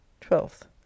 twelfth